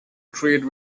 trade